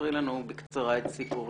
ספרי לנו בקצרה את סיפורך.